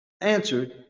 answered